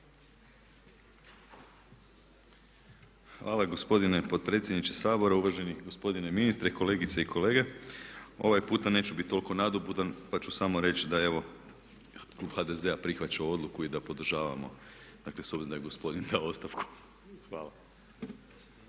Hvala gospodine potpredsjedniče Sabora, uvaženi gospodine ministre, kolegice i kolege. Ovaj puta neću biti toliko nadobudan pa ću samo reći da evo klub HDZ-a prihvaća odluku i da podržavamo, dakle s obzirom da je gospodin dao ostavku. Hvala.